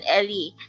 Ellie